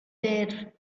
there